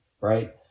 right